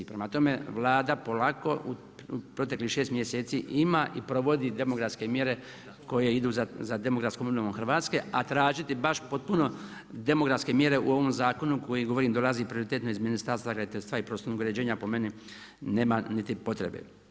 Prema tome Vlada polako u proteklih u 6 mjeseci ima i provodi demografske mjere koje idu za demografskom obnovom Hrvatske, a tražiti baš potpunu demografske mjere u ovom zakonu koji govorim, dolazi prioritetno iz Ministarstva graditeljstva i prostornog uređenja po meni, nema niti potrebe.